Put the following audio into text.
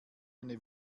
eine